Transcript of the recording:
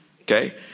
Okay